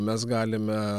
mes galime